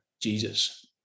Jesus